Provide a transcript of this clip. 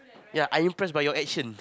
yeah I impressed by your action